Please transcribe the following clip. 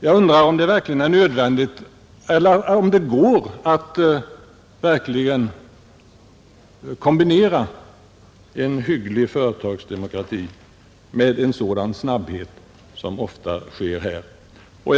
Jag undrar om det går att kombinera en hygglig företagsdemokrati med en sådan hastighet som i omorganisationsarbetet ofta tillämpas härvidlag.